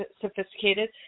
sophisticated